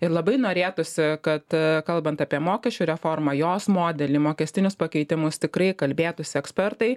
ir labai norėtųsi kad kalbant apie mokesčių reformą jos modelį mokestinius pakeitimus tikrai kalbėtųsi ekspertai